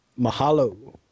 Mahalo